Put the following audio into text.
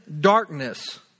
darkness